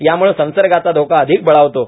याम्ळे संसर्गाचा धोका अधिक बळावतो